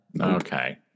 Okay